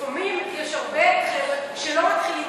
ולפעמים יש הרבה חבר'ה שלא מתחילים